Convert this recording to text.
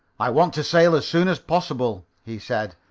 i want to sail as soon as possible, he said,